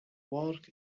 work